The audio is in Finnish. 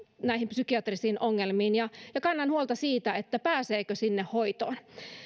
näihin psykiatrisiin ongelmiin ja ja kannan huolta siitä pääseekö sinne hoitoon